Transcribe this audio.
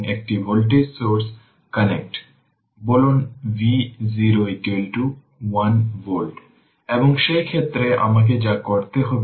switch close ছিল এবং শেষ পর্যন্ত কি হল সেটার জন্য ইনিশিয়াল অবস্থা খুঁজে বের করতে হবে